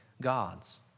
God's